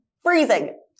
freezing